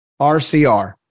RCR